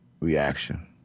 reaction